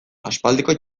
aspaldiko